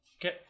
Okay